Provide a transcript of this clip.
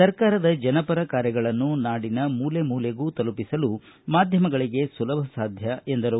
ಸರ್ಕಾರದ ಜನಪರ ಕಾರ್ಯಗಳನ್ನು ನಾಡಿನ ಮೂಲೆ ಮೂಲೆಗೂ ತಲುಪಿಸಲು ಮಾಧ್ಯಮಗಳಿಗೆ ಸುಲಭ ಸಾಧ್ಯ ಎಂದರು